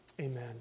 amen